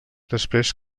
després